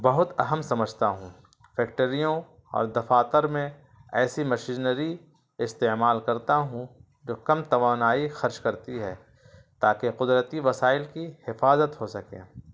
بہت اہم سمجھتا ہوں فیکٹریوں اور دفاتر میں ایسی مشینری استعمال کرتا ہوں جو کم توانائی خرچ کرتی ہے تاکہ قدرتی وسائل کی حفاظت ہو سکے